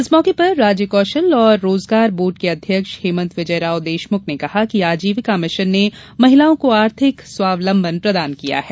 इस मौके पर राज्य कौशल और रोजगार बोर्ड के अध्यक्ष हेमन्त विजय राव देशमुख ने कहा कि आजीविका मिशन ने महिलाओं को आर्थिक स्वाबलंबन प्रदान किया है